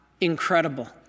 incredible